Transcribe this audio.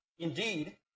Indeed